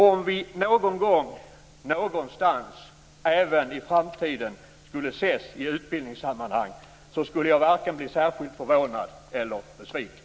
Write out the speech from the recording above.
Om vi någon gång, någonstans även i framtiden skulle ses i utbildningssammanhang skulle jag varken bli särskild förvånad eller besviken.